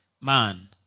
man